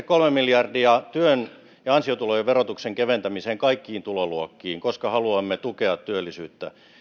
kolme miljardia työn ja ansiotulojen verotuksen keventämiseen kaikkiin tuloluokkiin koska haluamme tukea työllisyyttä